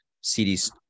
CD's